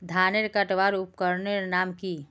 धानेर कटवार उपकरनेर नाम की?